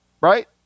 right